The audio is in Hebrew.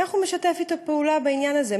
איך הוא משתף אתו פעולה בעניין הזה?